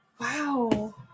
Wow